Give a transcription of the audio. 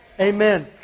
Amen